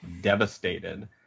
devastated